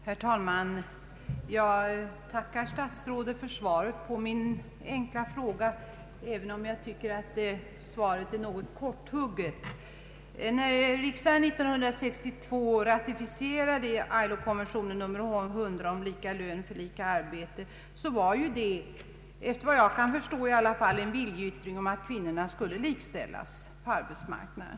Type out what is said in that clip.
Herr talman! Jag tackar statsrådet för svaret på min enkla fråga, även om jag tycker att det var något korthugget. När riksdagen 1962 ratificerade ILO konventionen nr 100 om lika lön för lika arbete var det, efter vad jag kan förstå, en viljeyttring om att kvinnorna skulle likställas med männen på arbetsmarknaden.